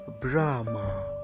Brahma